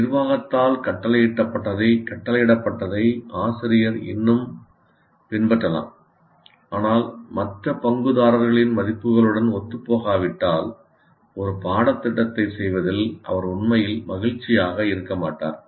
நிர்வாகத்தால் கட்டளையிடப்பட்டதை ஆசிரியர் இன்னும் பின்பற்றலாம் ஆனால் மற்ற பங்குதாரர்களின் மதிப்புகளுடன் ஒத்துப்போகாவிட்டால் ஒரு பாடத்திட்டத்தை செய்வதில் அவர் உண்மையில் மகிழ்ச்சியாக இருக்க மாட்டார்